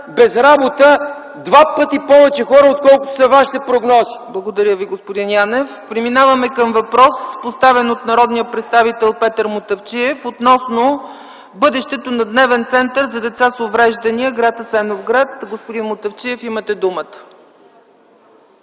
без работа два пъти повече хора, отколкото са вашите прогнози. ПРЕДСЕДАТЕЛ ЦЕЦКА ЦАЧЕВА: Благодаря, господин Янев. Преминаваме към въпрос, поставен от народния представител Петър Мутафчиев, относно бъдещето на Дневен център за деца с увреждания, гр. Асеновград. Господин Мутафчиев, имате думата.